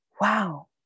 Wow